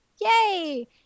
yay